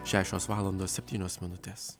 šešios valandos septynios minutės